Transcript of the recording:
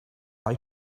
eye